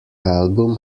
album